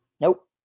Nope